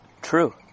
True